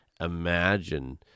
imagine